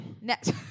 Next